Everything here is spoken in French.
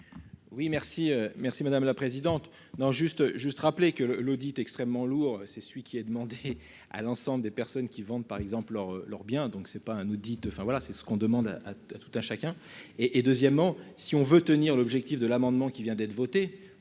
merci merci madame la présidente. Dans juste juste rappeler que le le dit extrêmement lourd, c'est celui qui est demandé à l'ensemble des personnes qui vendent par exemple lors lors bien donc c'est pas un audit de enfin voilà c'est ce qu'on demande à tout à chacun et, et deuxièmement, si on veut tenir l'objectif de l'amendement qui vient d'être voté